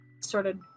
started